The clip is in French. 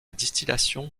distillation